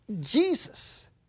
Jesus